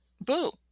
boo